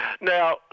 Now